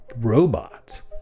robots